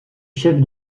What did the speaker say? chef